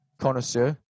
connoisseur